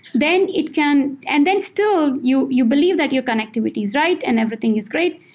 then it can and then, still, you you believe that your connectivity is right and everything is great,